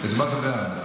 הצבעת בעד.